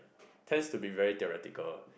tends to be very theoretical